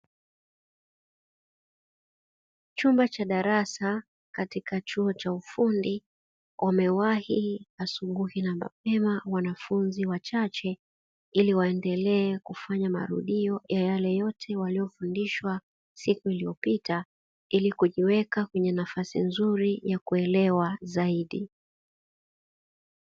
Chumba cha darasa katika chuo cha ufundi, wamewahi asubuhi na mapema wanafunzi wachache, ili waendelee kufanya marudio ya yale yote waliyofundishwa siku iliyopita, ili kujiweka kwenye nafasi nzui ya kuelewa zaidi.